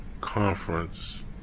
conference